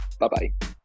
Bye-bye